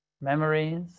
memories